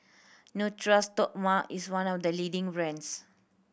Natura Stoma is one of the leading brands